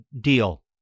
deal